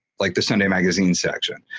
like the sunday magazine section.